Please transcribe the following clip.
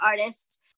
Artists